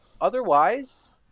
otherwise